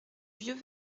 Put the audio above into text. vieux